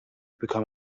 become